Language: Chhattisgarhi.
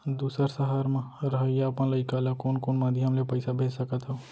दूसर सहर म रहइया अपन लइका ला कोन कोन माधयम ले पइसा भेज सकत हव?